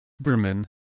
Berman